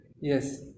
Yes